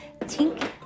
Tink